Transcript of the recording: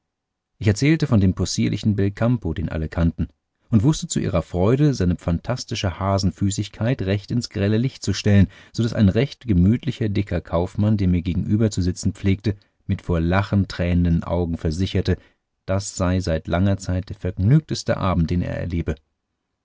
ich erzählte von dem possierlichen belcampo den alle kannten und wußte zu ihrer freude seine phantastische hasenfüßigkeit recht ins grelle licht zu stellen so daß ein recht gemütlicher dicker kaufmann der mir gegenüber zu sitzen pflegte mit vor lachen tränenden augen versicherte das sei seit langer zeit der vergnügteste abend den er erlebe